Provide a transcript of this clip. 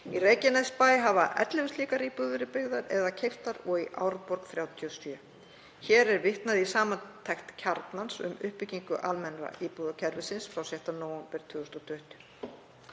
Í Reykjanesbæ hafa ellefu slíkar íbúðir verið byggðar eða keyptar og í Árborg 37. Hér er vitnað í samantekt Kjarnans um uppbyggingu almenna íbúðakerfisins frá 6.